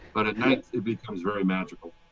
but at night, it becomes very magical.